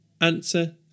Answer